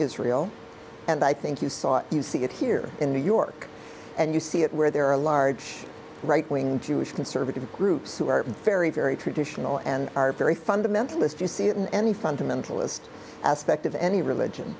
israel and i think you saw it you see it here in new york and you see it where there are a large right wing jewish conservative groups who are very very traditional and are very fundamentalist you see it in any fundamentalist aspect of any religion